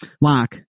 lock